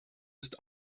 ist